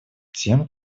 тем